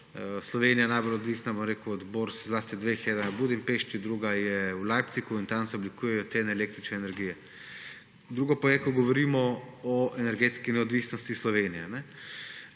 Slovenija je najbolj odvisna zlasti od dveh borz, ena je v Budimpešti, druga je v Leipzigu. In tam se oblikujejo cene električne energije. Drugo pa je, ko govorimo o energetski neodvisnosti Slovenije.